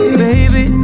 baby